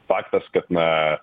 faktas kad na